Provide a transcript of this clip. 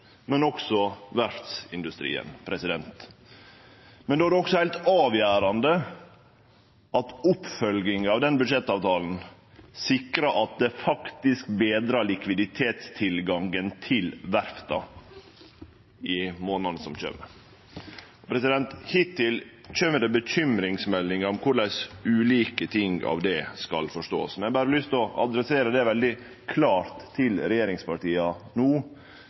Då er det også heilt avgjerande at oppfølginga av den budsjettavtalen sikrar at det faktisk betrar likviditetstilgangen til verfta i månadene som kjem. Hittil kjem det bekymringsmeldingar om korleis ein skal forstå ulike ting av det, men eg har lyst til seie veldig klart til regjeringspartia no: